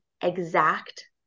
exact